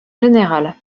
générale